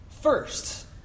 first